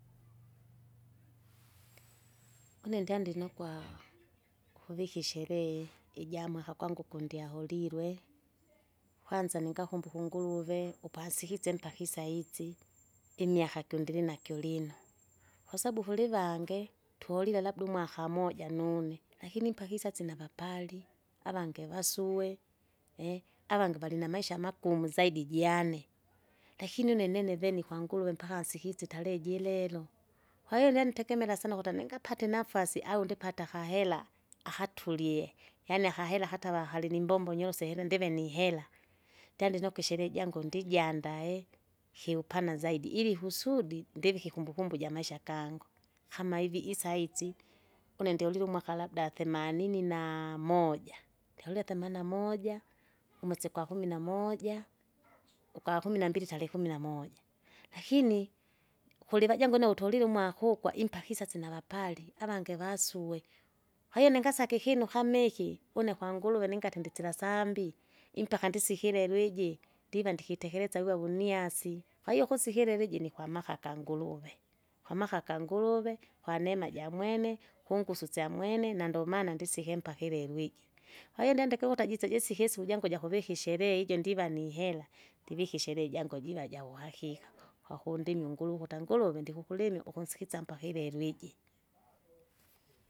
une ndyandinokwaa, kuvika isheree ijamaha kwangu kundyaholilwe, kwanza ningakumbuka unguruve, umpasikisye mpaka isaitsi, imiaka kyundilinakyo lino. Kwasabu kulivange tolile labda umwaka moja nune, lakini mpka isaisi navapali, avangi vasue, avangi valinamaisha maumu zaidi jane, lakini une nine veni kwanguruwe mpaka ansikisye itarehe jirero. Kwahiyo nyantegemela sana ukuta ningapate inafasi au ndipata kahera, akatulie, yaani akahera hata vahalinimbombo nyorose ile ndive nihera, ndyandinokwe isherehe jangu ndijandae, kiupana zaidi, ili kusudi ndivike ikumbukumbu jamaisha gangu, kama ivi isaitsi, une ndiulile umwaka labda themanini naa moja, ndikalulya themana moja, umwesi gwakumi namoja, ugwakumi nambili tarehe kumi namoja. Lakini! nd- kulivajangu ne utolile umwaka ukwa impaka isasi navapali avange vasue, kwahiyo ningasake ikilo kama iki, une kwanguruwe ningati ndisila sambi! impaka ndisi kilweli iji, ndiva ndikitekeresa wiwa wuniasi. Kwahiyo kusikileli iji nikwamaka kanguruve, kwamaka akanguruve? kwaneema jamwene, kungusu isyamwene, nandomaana ndisike impaka ilelwi iji, kwahiyo ndendika ukuta jise jisike ijangu ijakuvika isherehe ijo ndiva nihera, ndivika isherehe jangu jiva jauhakika, kwakundimi unguru ukuta nguruve ndikukulimi, ukunsikisya mpaka ilelwi iji.